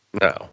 No